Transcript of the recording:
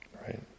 Right